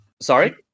Sorry